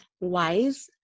wise